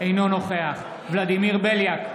אינו נוכח ולדימיר בליאק,